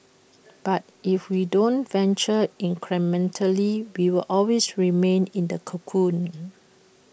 but if we don't venture incrementally we will always remain in the cocoon